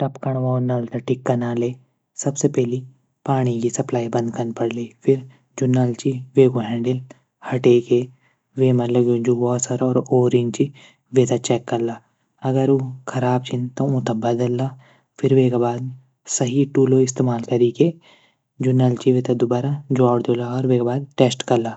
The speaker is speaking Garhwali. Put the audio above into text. टपकण वलू नल ठीक कनाले सबसे पैली पाणी सप्लाई बंद कन पडली फिर जू नल च फिर जू नल च वेकू हैंडिल हटै की वेमा लग्यूं वासर और औरिंच वेथे चैक कला। अगर ऊ खराब छन त बदला वेक बाद सही टूल्स इस्तेमाल कैरी की जू नल च वेथे दुबारा जोडी दियोला और वेक बाद टैस्ट कला।